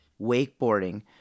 wakeboarding